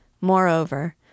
Moreover